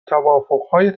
توافقهای